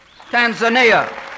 Tanzania